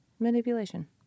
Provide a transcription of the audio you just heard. manipulation